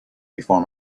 before